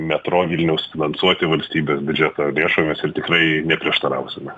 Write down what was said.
metro vilniaus finansuoti valstybės biudžeto lėšomis ir tikrai neprieštarausime